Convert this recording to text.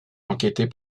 enquêter